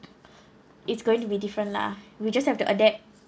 it's going to be different lah we just have to adapt